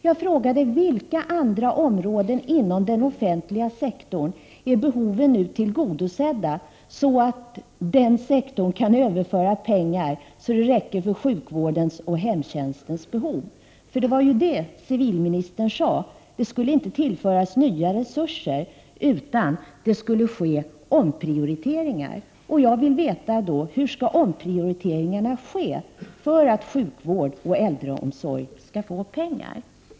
Jag frågade: På vilka andra områden inom den offentliga sektorn är behoven nu tillgodosedda, så att den sektorn kan överföra pengar så att det räcker för sjukvårdens och hemtjänstens behov? Det var ju det civilministern sade: Det skulle inte tillföras nya resurser utan det skulle ske omprioriteringar. Jag vill veta hur dessa omprioriteringar skall ske för att sjukvård och äldreomsorg skall få pengar.